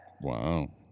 Wow